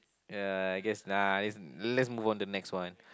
ya I guess nah let's let's move on to next one